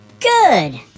Good